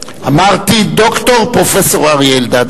אמרתי, ד"ר פרופסור אריה אלדד.